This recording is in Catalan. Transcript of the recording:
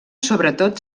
sobretot